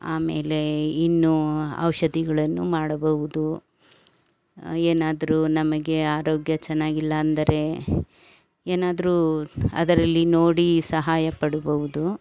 ಆಮೇಲೆ ಇನ್ನು ಔಷಧಿಗಳನ್ನು ಮಾಡಬವ್ದು ಏನಾದರೂ ನಮಗೆ ಆರೋಗ್ಯ ಚೆನ್ನಾಗಿಲ್ಲ ಅಂದರೆ ಏನಾದರೂ ಅದರಲ್ಲಿ ನೋಡಿ ಸಹಾಯ ಪಡಿಬವ್ದು